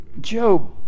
Job